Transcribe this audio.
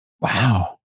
Wow